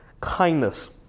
kindness